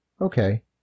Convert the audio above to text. Okay